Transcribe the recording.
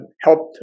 helped